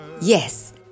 Yes